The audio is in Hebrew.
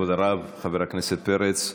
כבוד הרב, חבר הכנסת פרץ.